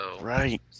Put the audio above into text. Right